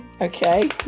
Okay